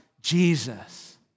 Jesus